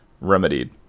remedied